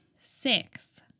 six